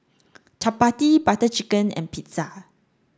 Chapati Butter Chicken and Pizza